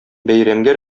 бәйрәмгә